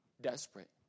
Desperate